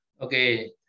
Okay